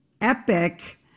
epic